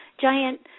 giant